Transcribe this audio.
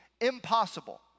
impossible